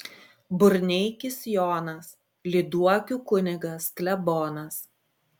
burneikis jonas lyduokių kunigas klebonas